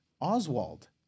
Oswald